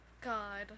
God